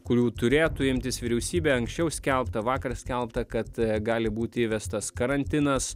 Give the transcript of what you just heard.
kurių turėtų imtis vyriausybė anksčiau skelbta vakar skelbta kad gali būti įvestas karantinas